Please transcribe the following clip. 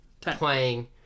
playing